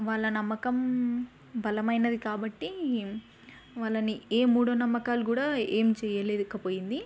వాళ్ల నమ్మకం బలమైనది కాబట్టి వాళ్ళని ఏ మూఢనమ్మకాలు కూడా ఏం చేయలేకపోయింది